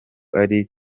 ari